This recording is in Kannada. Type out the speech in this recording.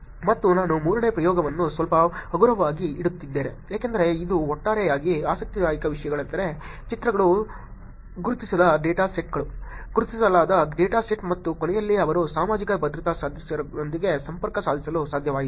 ಮತ್ತು ನಾನು ಮೂರನೇ ಪ್ರಯೋಗವನ್ನು ಸ್ವಲ್ಪ ಹಗುರವಾಗಿ ಇಡುತ್ತಿದ್ದೇನೆ ಏಕೆಂದರೆ ಇದು ಒಟ್ಟಾರೆಯಾಗಿ ಆಸಕ್ತಿದಾಯಕ ವಿಷಯಗಳೆಂದರೆ ಚಿತ್ರಗಳು ಗುರುತಿಸದ ಡೇಟಾ ಸೆಟ್ಗಳು ಗುರುತಿಸಲಾದ ಡೇಟಾ ಸೆಟ್ ಮತ್ತು ಕೊನೆಯಲ್ಲಿ ಅವರು ಸಾಮಾಜಿಕ ಭದ್ರತಾ ಸದಸ್ಯರೊಂದಿಗೆ ಸಂಪರ್ಕ ಸಾಧಿಸಲು ಸಾಧ್ಯವಾಯಿತು